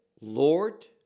Lord